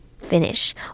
finish